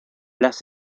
las